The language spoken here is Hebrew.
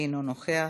אינו נוכח,